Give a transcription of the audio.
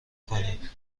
کنی